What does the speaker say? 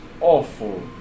awful